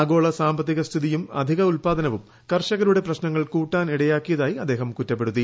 ആഗോള സാമ്പത്തിക സ്ഥിതിയും അധിക ഉത്പാദനവും കർഷകരുടെ പ്രശ്നങ്ങൾ കൂട്ടാൻ ഇടയാക്കിയതായി അദ്ദേഹം കുറ്റപ്പെടുത്തി